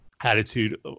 attitude